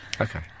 Okay